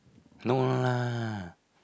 no lah